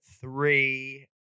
three